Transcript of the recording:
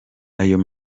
ayo